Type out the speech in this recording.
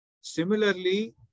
Similarly